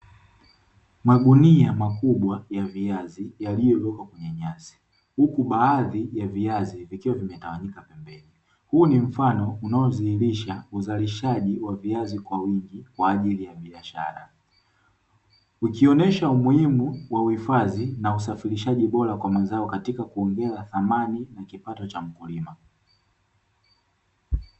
Mgunia makubwa ya viazi yaliyowekwa kwenye nyasi, huku baadhi ya viazi vikiwa vimetawanyika pembeni, huu ni mfano unaodhihirisha uzalishaji wa viazi kwa wingi kwa ajili ya biashara, ukionyesha umuhimu wa uhifadhi na usafirishaji bora kwa mazao katika kuongea thamani na kipato cha mkulima.